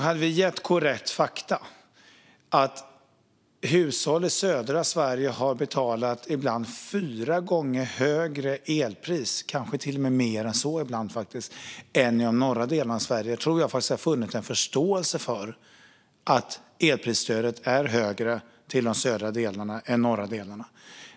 Hade vi gett korrekta fakta om att hushåll i södra Sverige har betalat fyra gånger högre elpriser, och ibland kanske till och med mer än så, än hushåll i de norra delarna av Sverige tror jag att det hade funnits en förståelse för att elprisstödet är högre till de södra delarna än till de norra delarna.